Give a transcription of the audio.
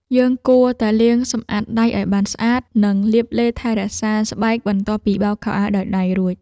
យើងគួរតែលាងសម្អាតដៃឱ្យបានស្អាត និងលាបឡេថែរក្សាស្បែកបន្ទាប់ពីបោកខោអាវដោយដៃរួច។